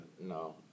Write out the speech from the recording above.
no